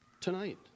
tonight